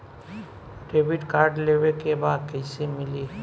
Debit card लेवे के बा कईसे मिली?